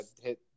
hit